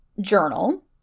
journal